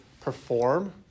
perform